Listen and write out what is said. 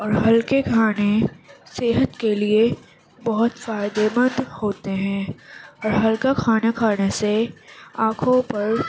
اور ہلکے کھانے صحت کے لیے بہت فائدے مند ہوتے ہیں اور ہلکا کھانا کھانے سے آنکھوں پر